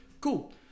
Cool